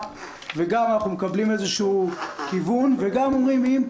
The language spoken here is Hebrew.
וגם אנחנו מקבלים איזשהו כיוון וגם אומרים,